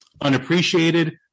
unappreciated